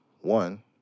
one